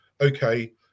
okay